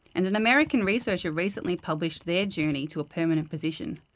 and an american researcher recently published their journey to a permanent position,